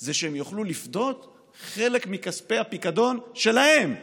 זה שהם יוכלו לפדות חלק מכספי הפיקדון שלהם עכשיו,